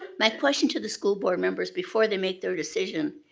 my question to the school board members before they make their decision.